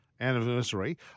anniversary